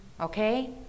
okay